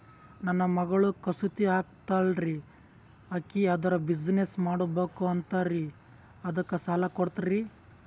ನನ್ನ ಮಗಳು ಕಸೂತಿ ಹಾಕ್ತಾಲ್ರಿ, ಅಕಿ ಅದರ ಬಿಸಿನೆಸ್ ಮಾಡಬಕು ಅಂತರಿ ಅದಕ್ಕ ಸಾಲ ಕೊಡ್ತೀರ್ರಿ?